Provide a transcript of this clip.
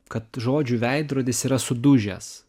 kad žodžių veidrodis yra sudužęs